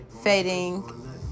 fading